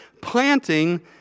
planting